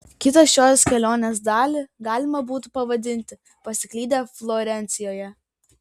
kitą šios kelionės dalį galima būtų pavadinti pasiklydę florencijoje